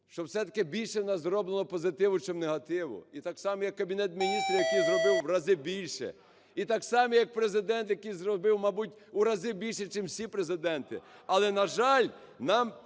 що все-таки більше у нас зроблено позитивну, чим негативу. І так само, як Кабінет Міністрів, який зробив в рази більше, і так само, як Президент, який зробив, мабуть, у рази більше чим всі президенти. Але, на жаль, нам